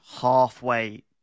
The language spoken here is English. halfway